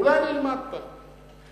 אולי אני אלמד פעם.